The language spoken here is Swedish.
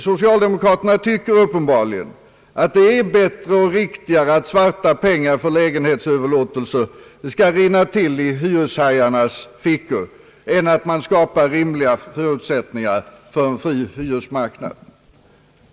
Socialdemokraterna tycker uppenbarligen att det är bättre och riktigare att svarta pengar för lägenhetsöverlåtelser skall rinna till i hyreshajarnas fickor än att det skapas rimliga förutsättningar för en fri hyresmarknad.